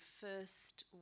first